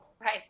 Right